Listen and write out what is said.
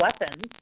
weapons